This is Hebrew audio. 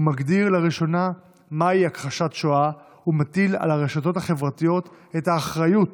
המגדיר לראשונה מהי הכחשת שואה ומטיל על הרשתות החברתיות את האחריות